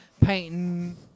Painting